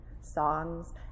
songs